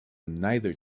neither